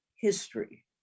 history